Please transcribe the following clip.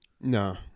No